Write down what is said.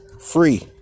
free